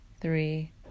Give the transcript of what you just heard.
three